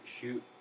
shoot